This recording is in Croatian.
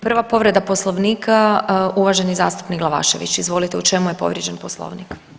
Prva povreda Poslovnika uvaženi zastupnik Glavašević, izvolite u čemu je povrijeđen Poslovnik?